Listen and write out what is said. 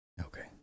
Okay